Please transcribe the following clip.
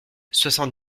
soixante